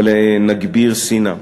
אבל נגביר שנאה.